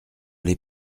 les